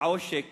העושק